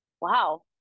Wow